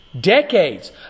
Decades